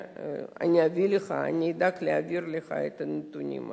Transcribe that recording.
ואני אדאג להעביר לך את הנתונים האלה.